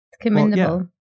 commendable